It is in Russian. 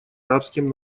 арабским